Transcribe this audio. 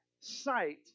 sight